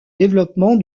développement